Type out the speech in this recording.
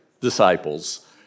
disciples